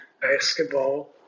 basketball